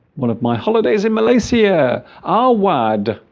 one of my holidays in malaysia our word